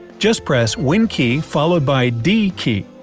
just press win key followed by d key,